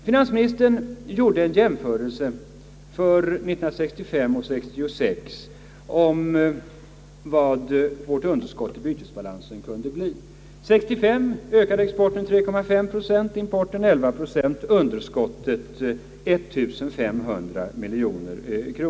Finansministern gjorde en jämförelse mellan 1965 och 1966 om vad vårt underskott i bytesbalansen skulle bli. 1965 ökade exporten med 3,5 procent och importen med 11 procent: underskott 1500 miljoner kronor.